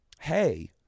hey